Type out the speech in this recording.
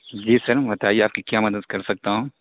جی sir بتائیے آپ کی کیا مدد کر سکتا ہوں